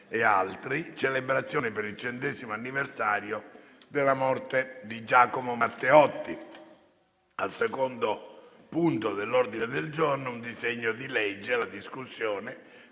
Grazie a tutte